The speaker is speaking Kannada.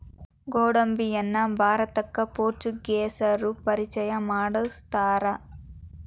ಗೋಡಂಬಿಯನ್ನಾ ಭಾರತಕ್ಕ ಪೋರ್ಚುಗೇಸರು ಪರಿಚಯ ಮಾಡ್ಸತಾರ